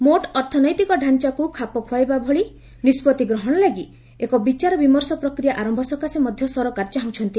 ମୋଟ୍ ଅର୍ଥନୈତିକ ତାଞ୍ଚାକୁ ଖାପ ଖୁଆଇବା ଭଳି ନିଷ୍ପଭି ଗ୍ରହଣ ଲାଗି ଏକ ବିଚାର ବିମର୍ଷ ପ୍ରକ୍ରିୟା ଆରମ୍ଭ ସକାଶେ ମଧ୍ୟ ସରକାର ଚାହୁଁଛନ୍ତି